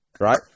right